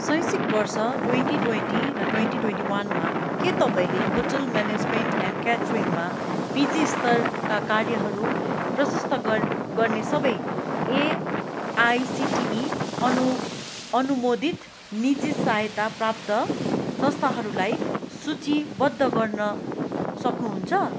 शैक्षिक वर्ष twenty twenty र ट्वान्टी ट्वान्टीवानमा के तपाईँले होटल म्यानेजमेन्ट एन्ड क्याटरिङमा पिजी स्तरका कार्यहरू प्रशस्त गर्ने सबै एआइसिटिई अनु अनुमोदित निजी सहायता प्राप्त संस्थाहरूलाई सूचीबद्ध गर्न सक्नुहुन्छ